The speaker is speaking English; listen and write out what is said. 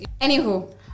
Anywho